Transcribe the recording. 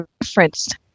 referenced